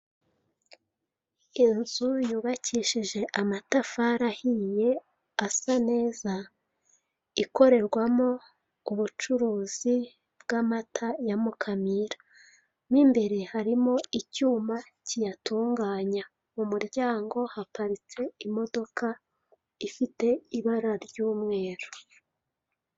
Inzu yubakishije amatafari ahiye asa neza ikorerwamo ikorerwamo ubucuruzi bw'amata ya Mukamira. Mo imbere harimo cyuma kiyatunganya. Mu muryango haparitse imodoka ifite ibara ry'umweru